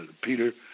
Peter